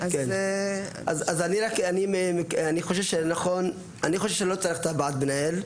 אני חושב שלא צריך את הוועד מנהל,